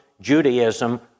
Judaism